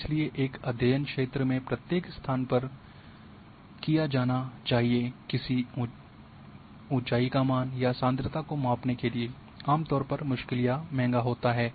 इसलिए एक अध्ययन क्षेत्र में प्रत्येक स्थान पर जाना किसी उसकी ऊंचाई का मान या सांद्रता को मापने के लिए आमतौर पर मुश्किल या महंगा होता है